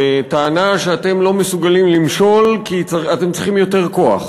בטענה שאתם לא מסוגלים למשול כי אתם צריכים יותר כוח.